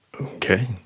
Okay